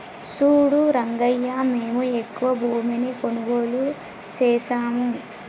సూడు రంగయ్యా మేము ఎక్కువ భూమిని కొనుగోలు సేసాము